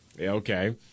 Okay